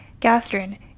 Gastrin